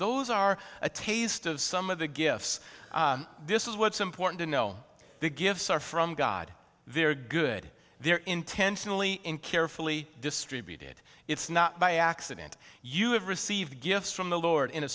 those are a taste of some of the gifts this is what's important to know the gifts are from god they're good they're intentionally in carefully distributed it's not by accident you have received gifts from the lord